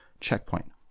checkpoint